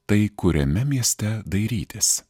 tai kuriame mieste dairytis